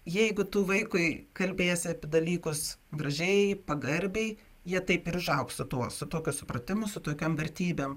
jeigu tu vaikui kalbėsi apie dalykus gražiai pagarbiai jie taip ir užaugs su tuo su tokiu supratimu su tokiom vertybėm